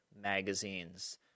magazines